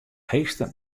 heechste